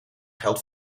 geld